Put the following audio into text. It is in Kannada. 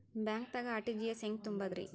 ಬ್ಯಾಂಕ್ದಾಗ ಆರ್.ಟಿ.ಜಿ.ಎಸ್ ಹೆಂಗ್ ತುಂಬಧ್ರಿ?